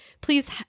please